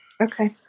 Okay